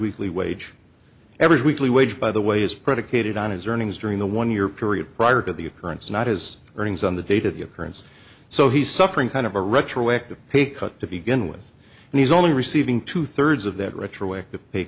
weekly wage every weekly wage by the way is predicated on his earnings during the one year period prior to the occurrence not his earnings on the date of the occurrence so he's suffering kind of a retroactive pay cut to begin with and he's only receiving two thirds of that retroactive pay